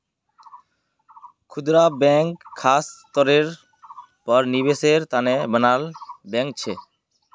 खुदरा बैंक ख़ास तौरेर पर निवेसेर तने बनाल बैंक छे